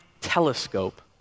telescope